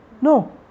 No